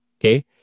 Okay